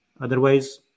Otherwise